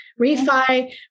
refi